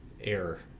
error